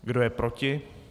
Kdo je proti?